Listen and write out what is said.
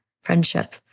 friendship